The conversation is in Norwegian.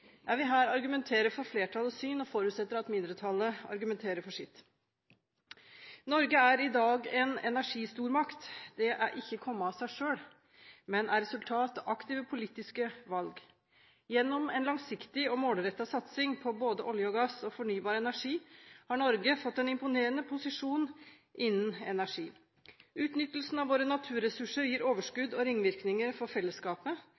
Jeg vil her argumentere for flertallets syn og forutsetter at mindretallet argumenterer for sitt. Norge er i dag en energistormakt. Det har ikke kommet av seg selv, men er resultat av aktive politiske valg. Gjennom en langsiktig og målrettet satsing på både olje, gass og fornybar energi har Norge fått en imponerende posisjon innen energi. Utnyttelsen av våre naturressurser gir overskudd og ringvirkninger for fellesskapet.